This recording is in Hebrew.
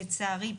לצערי,